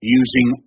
using